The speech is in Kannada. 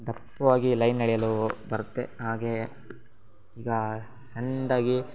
ದಪ್ಪವಾಗಿ ಲೈನ್ ಎಳೆಯಲು ಬರುತ್ತೆ ಹಾಗೇ ಈಗ ಸಣ್ಣದಾಗಿ